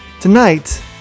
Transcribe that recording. Tonight